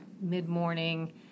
mid-morning